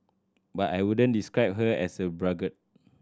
but I wouldn't describe her as a braggart